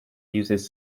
uses